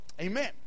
Amen